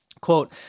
Quote